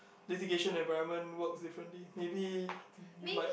litigation environment works differently maybe you might